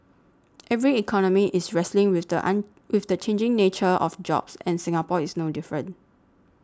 every economy is wrestling with the an with the changing nature of jobs and Singapore is no different